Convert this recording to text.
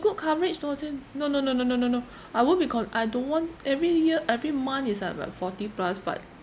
good coverage towards him no no no no no no no I won't because I don't want every year every month is like about forty plus but